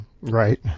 Right